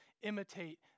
imitate